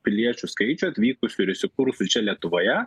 piliečių skaičių atvykusių ir įsikūrusių čia lietuvoje